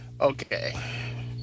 Okay